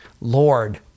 Lord